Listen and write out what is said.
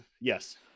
Yes